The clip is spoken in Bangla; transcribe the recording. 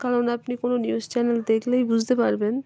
কারণ আপনি কোনো নিউজ চ্যানেল দেখলেই বুঝতে পারবেন